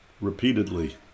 repeatedly